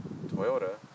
Toyota